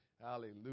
Hallelujah